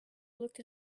looked